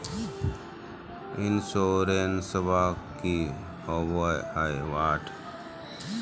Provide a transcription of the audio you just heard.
इंसोरेंसबा की होंबई हय?